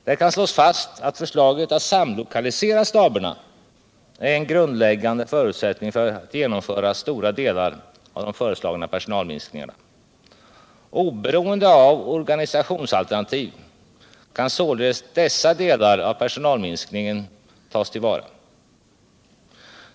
Det kan slås fast att förslaget att samlokalisera staberna är en grundläggande förutsättning för att genomföra stora delar av den föreslagna personalminskningen. Oberoende av organisationsalternativ kan således dessa delar av personalminskningen tas till vara.